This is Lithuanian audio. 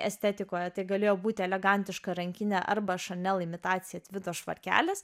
estetikoje tai galėjo būti elegantiška rankinė arba chanel imitacija tvido švarkelis